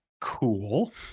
Cool